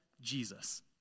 Jesus